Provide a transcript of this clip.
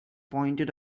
pointed